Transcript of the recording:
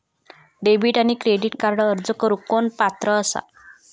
Debit आणि credit कार्डक अर्ज करुक कोण पात्र आसा?